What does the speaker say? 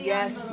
Yes